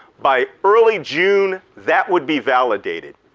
by early june, that would be validated.